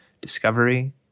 Discovery